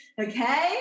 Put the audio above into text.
okay